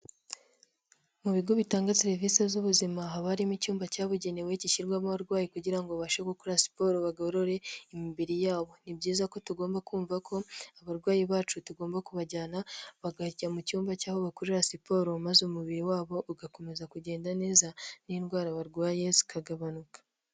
Mu bigo bitanga serivisi z'ubuzima haba harimo icyumba cyabugenewe, gishyirwamo abarwayi kugira ngo babashe gukora siporo bagorore imibiri yabo. Ni byiza ko tugomba kumva ko abarwayi bacu tugomba kubajyana bagajya mu cyumba cy'aho bakorera siporo maze umubiri wabo ugakomeza kugenda neza n'indwara barwaye zikagabanuka.